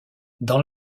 dans